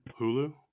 Hulu